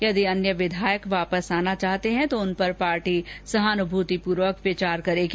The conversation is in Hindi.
यदि अन्य विधायक वापस आना चाहते हैं तो उन पर पार्टी सहानुभूति से विचार करेगी